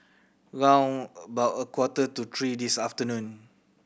round about a quarter to three this afternoon